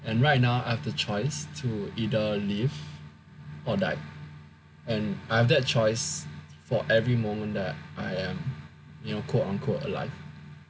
and right now I've the choice to either live or die and I have that choice for every moment that I am you know quote unquote alive so